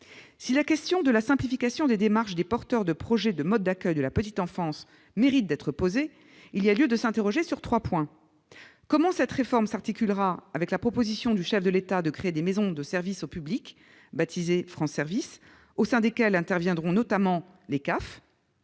Si la question de la simplification des démarches des porteurs de projet de modes d'accueil de la petite enfance mérite d'être posée, il y a lieu de s'interroger sur trois points : comment cette réforme s'articulera-t-elle avec la proposition du chef de l'État de créer des maisons de services au public, baptisées « France service », au sein desquelles interviendront notamment les